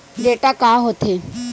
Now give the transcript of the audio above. Data का होथे?